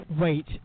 Wait